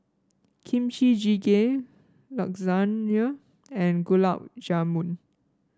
Kimchi Jjigae Lasagne and Gulab Jamun